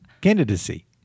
Candidacy